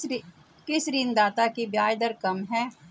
किस ऋणदाता की ब्याज दर कम है?